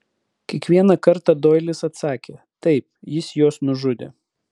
kiekvieną kartą doilis atsakė taip jis juos nužudė